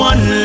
One